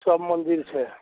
सब मन्दिर छै